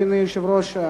אדוני היושב-ראש,